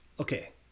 Okay